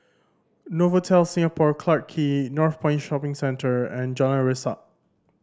Novotel Singapore Clarke Quay Northpoint Shopping Centre and Jalan Resak